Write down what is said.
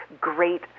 great